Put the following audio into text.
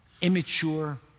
immature